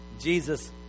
Jesus